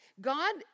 god